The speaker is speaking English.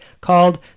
called